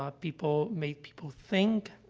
ah people made people think,